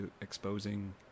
exposing